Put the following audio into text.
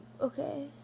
Okay